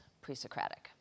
pre-Socratic